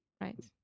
right